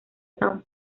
são